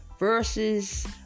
Versus